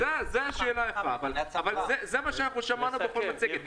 זו שאלה יפה, אבל זה מה ששמענו בכל מצגת.